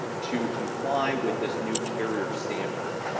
to comply with this new carrier standard.